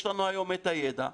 יש לנו היום את הידע,